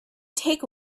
take